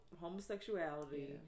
homosexuality